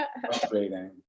frustrating